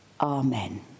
Amen